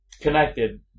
Connected